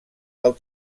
del